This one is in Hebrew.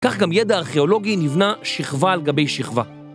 כך גם ידע ארכיאולוגי נבנה שכבה על גבי שכבה.